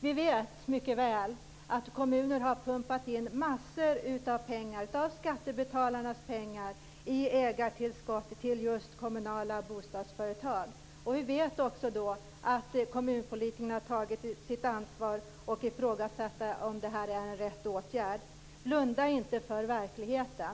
Vi vet mycket väl att kommuner har pumpat in mängder av skattebetalarnas pengar i ägartillskott till just kommunala bostadsföretag. Vi vet också att kommunpolitikerna har tagit sitt ansvar och ifrågasatt om detta är rätt åtgärd. Blunda inte för verkligheten!